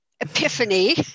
epiphany